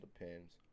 depends